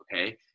okay